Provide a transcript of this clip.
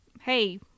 hey